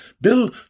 Bill